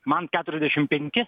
man keturiasdešim penki